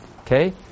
Okay